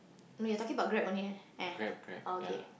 no you're talking about Grab only eh ah okay